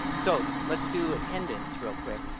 so let's do attendance real quick.